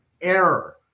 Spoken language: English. error